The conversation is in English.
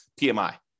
PMI